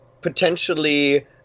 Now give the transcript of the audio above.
potentially